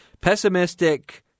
Pessimistic